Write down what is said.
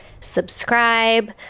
subscribe